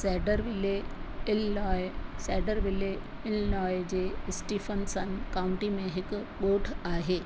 Cedarville Illinois Cedarville Illinois जे Stephenson county में हिकु ॻोठ आहे